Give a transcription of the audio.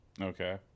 okay